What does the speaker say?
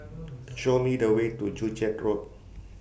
Show Me The Way to Joo Chiat Road